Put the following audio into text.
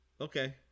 okay